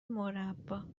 مربّا